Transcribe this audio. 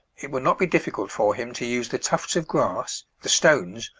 it will not be difficult for him to use the tufts of grass, the stones,